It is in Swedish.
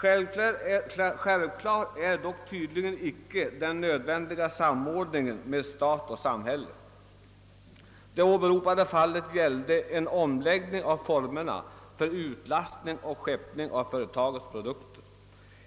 Detta anses dock tydligen icke gälla den nödvändiga samordningen med stat och samhälle i detta avseende. skeppning av företagets produkter